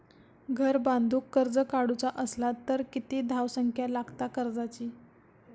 घर बांधूक कर्ज काढूचा असला तर किती धावसंख्या लागता कर्जाची?